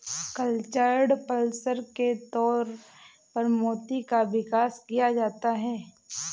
cultured pearls के तौर पर मोती का विकास किया जाता है